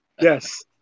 Yes